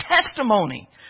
testimony